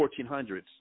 1400s